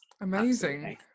amazing